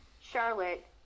Charlotte